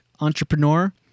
entrepreneur